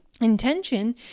intention